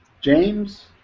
James